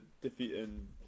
defeating